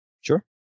Sure